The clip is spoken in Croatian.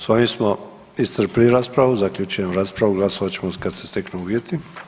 S ovim smo iscrpili raspravu, zaključujem raspravu, glasovat ćemo kad se steknu uvjeti.